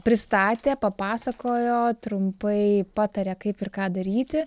pristatė papasakojo trumpai pataria kaip ir ką daryti